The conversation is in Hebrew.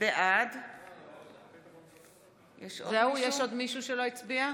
בעד יש עוד מישהו שלא הצביע?